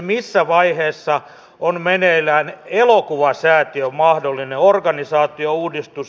missä vaiheessa on meneillään elokuvasäätiön mahdollinen organisaatiouudistus